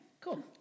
Cool